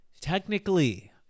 technically